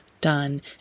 done